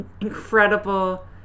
incredible